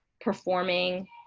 performing